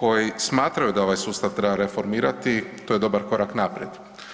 koji smatraju da ovaj sustav treba reformirati, to je dobar korak naprijed.